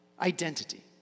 Identity